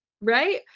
right